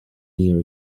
near